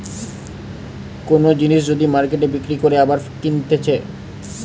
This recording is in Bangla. কোন জিনিস যদি মার্কেটে বিক্রি করে আবার কিনতেছে